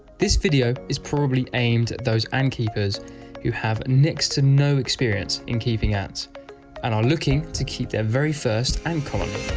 this video is probably aimed at those ant keepers who have next to no experience in keeping ants and are looking to keep their very first ant um colony.